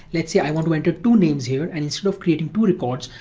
let's say i want to enter two names here and instead of creating two records,